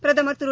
பிரதமர் திரு